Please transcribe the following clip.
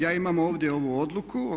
Ja imam ovdje ovu odluku.